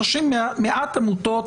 מעט עמותות